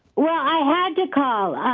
yeah ah had to call.